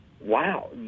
wow